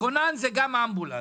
כונן זה גם אמבולנס